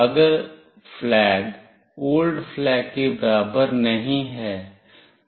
अगर flag old flag के बराबर नहीं है तो एक बदलाव है